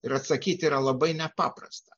ir atsakyti yra labai nepaprasta